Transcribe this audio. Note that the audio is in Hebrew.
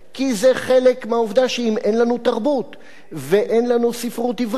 כי זה חלק מהעובדה שאם אין לנו תרבות ואין לנו ספרות עברית,